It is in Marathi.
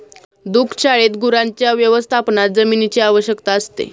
दुग्धशाळेत गुरांच्या व्यवस्थापनात जमिनीची आवश्यकता असते